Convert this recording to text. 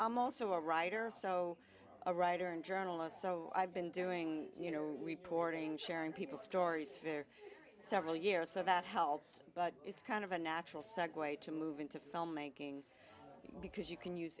i'm also a writer so a writer and journalist so i've been doing you know reporting sharing people's stories for several years so that helped but it's kind of a natural segue to move into filmmaking because you can use